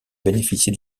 bénéficié